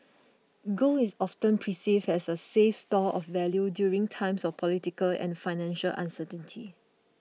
gold is often perceived as a safe store of value during times of political and financial uncertainty